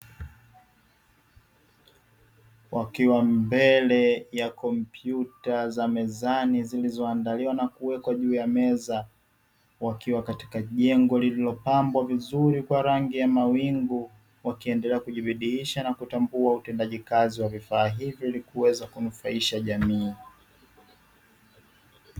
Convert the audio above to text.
Wakiwa mbele ya kompyuta za mezani zilizoandaliwa na kuwekwa juu ya meza, wakiwa katika jengo lililopambwa vizuri kwa rangi ya mawingu wakiendelea kujibidiisha na kutambua utendaji kazi wa vifaa hivi ili kuweza kuinufaisha jamii.